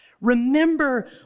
Remember